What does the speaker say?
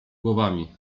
głowami